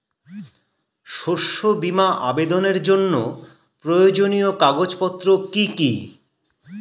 শস্য বীমা আবেদনের জন্য প্রয়োজনীয় কাগজপত্র কি কি?